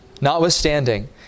Notwithstanding